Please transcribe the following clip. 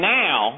now